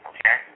Okay